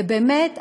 ובאמת,